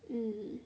mm